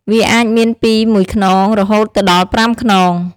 វាអាចមានពីមួយខ្នងរហូតទៅដល់ប្រាំខ្នង។